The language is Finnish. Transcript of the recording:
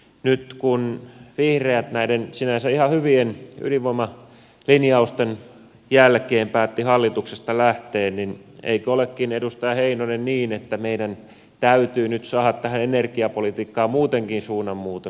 nyt kun vihreät näiden sinänsä ihan hyvien ydinvoimalinjausten jälkeen päätti hallituksesta lähteä niin eikö olekin edustaja heinonen niin että meidän täytyy nyt saada tähän energiapolitiikkaan muutenkin suunnanmuutos